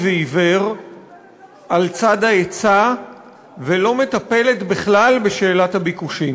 ועיוור על צד ההיצע ולא מטפלת בכלל בשאלת הביקושים.